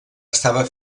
estava